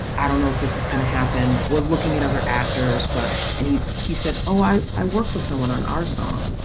i don't know if this is gonna happen. we're looking at other actors. but. and he he said, oh, i. i worked with someone on our song.